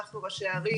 אנחנו ראשי הערים,